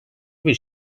bir